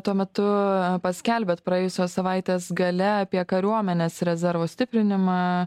tuo metu paskelbėt praėjusios savaitės gale apie kariuomenės rezervo stiprinimą